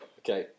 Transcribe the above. okay